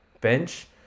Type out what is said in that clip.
bench